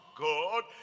god